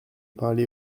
parler